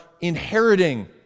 inheriting